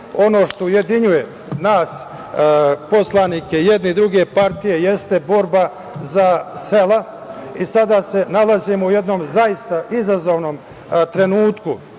ono što ujedinjuje nas poslanike jedne i druge partije jeste borba za sela. Sada se nalazimo u jednom zaista izazovnom trenutku,